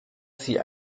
sie